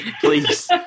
Please